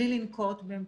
לומר את האמת,